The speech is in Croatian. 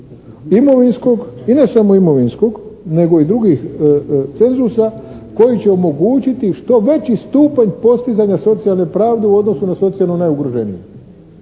imovinskog i n samo imovinskog nego i drugih cenzusa koji će omogućiti što veći stupanj postizanja socijalne pravde u odnosu na socijalno najugroženijih.